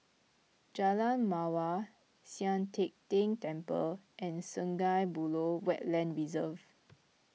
Jalan Mawar Sian Teck Tng Temple and Sungei Buloh Wetland Reserve